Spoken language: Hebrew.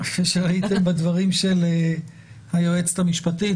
שראיתם בדברים של היועצת המשפטית,